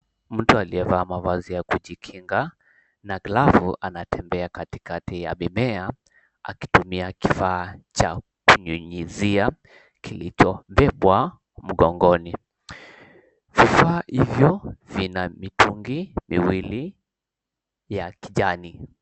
Mtu aliyevaa mavazi ya kujikinga na glavu anatembea katikati ya mimea akitumia kifaa cha kunyunyuzia kilichobebwa mgongoni. Vifaa hivyo vina mitungi miwili ya kijani.